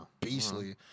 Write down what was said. beastly